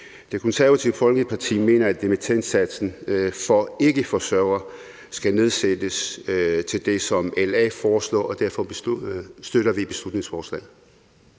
Det Konservative Folkeparti mener, at dimittendsatsen for ikkeforsørgere skal nedsættes til det, som LA foreslår, og derfor støtter vi beslutningsforslaget.